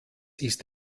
ist